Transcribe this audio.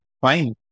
fine